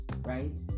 right